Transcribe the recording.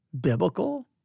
biblical